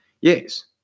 yes